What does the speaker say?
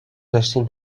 داشتین